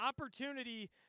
opportunity